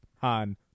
Han